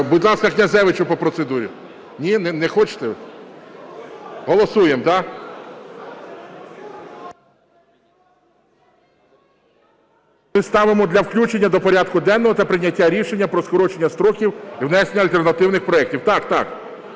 Будь ласка, Князевичу по процедурі. Ні, не хочете? Голосуємо, да? Ставимо для включення до порядку денного та прийняття рішення про скорочення строків внесення альтернативних проектів. Так, так.